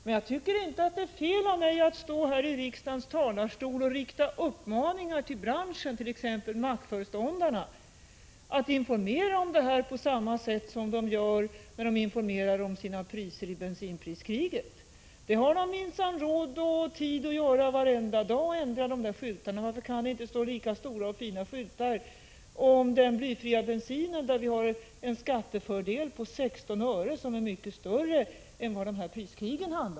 Men jag tycker inte att det är fel av mig att stå här i riksdagens talarstol och rikta uppmaningar till branschen, t.ex. mackföreståndarna, att de skall informera om priset på blyfri bensin på samma sätt som de gör beträffande sina priser i bensinpriskriget. De har minsann råd och tid att varje dag ändra dessa skyltar. Varför kan det inte stå lika stora och fina skyltar om den blyfria bensinen? I fråga om denna har vi en skattefördel på 16 öre. Det handlar om större belopp än priskrigen.